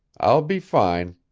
i'll be fine.